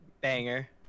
Banger